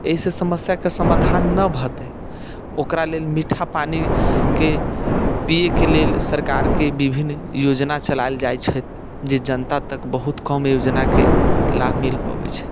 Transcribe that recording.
एहिसँ समस्याके समाधान नहि हेतै ओकरा लेल मीठा पानिके पियैके लेल सरकारके विभिन्न योजना चलाएल जाइत छथि जे जनता तक बहुत कम योजनाके लाभ मिल पबैत छै